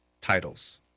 titles